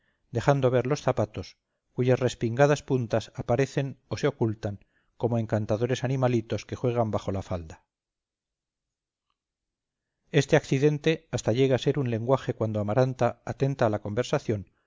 dejando ver los zapatos cuyas respingadas puntas aparecen o se ocultan como encantadores animalitos que juegan bajo la falda este accidente hasta llega a ser un lenguaje cuando amaranta atenta a la conversación